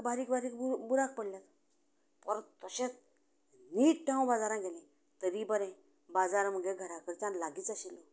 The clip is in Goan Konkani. बारीक बारीक बुराक पडल्यात परत तशेंच नीट हांव बाजारांत गेलें तरी बरें बाजार म्हगे घरा कडच्यान लागींच आशिल्लो